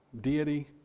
deity